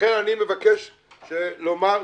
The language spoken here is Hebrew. לכן אני מבקש לומר,